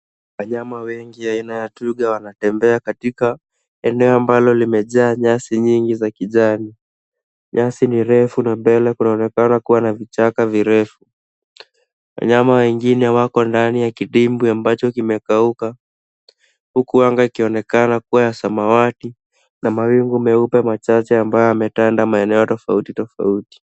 Wanyama wengi aina ya twiga wanatembea katika eneo ambalo limejaa nyasi nyingi za kijani. Nyasi ni refu na mbele kunaonekana kuwa na vichaka virefu. Wanyama wengine wako ndani ya kidimbwi ambacho kimekauka. Huku anga ikionekana kuwa rangi ya samawati na mawingu meupe machache ambayo yametanda maeneo tofauti tofauti.